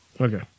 Okay